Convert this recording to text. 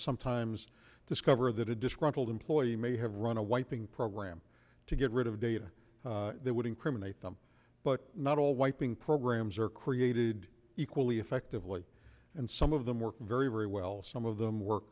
sometimes discover that a disgruntled employee may have run a wiping program to get rid of data that would incriminate them but not all wiping programs are created equally effective and some of them work very very well some of them w